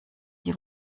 die